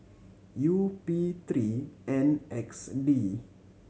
U P three N X D